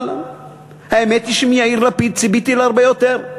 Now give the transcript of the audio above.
אבל האמת היא שמיאיר לפיד ציפיתי להרבה יותר.